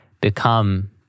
become